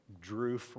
drew